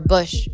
Bush